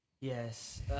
Yes